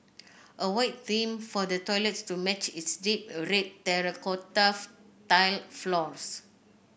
a white theme for the toilets to match its deep red terracotta tiled floors